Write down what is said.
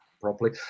properly